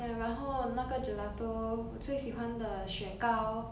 ya 然后那个 gelato 我最喜欢的雪糕